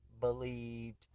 Believed